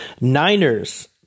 Niners